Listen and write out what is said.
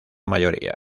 mayoría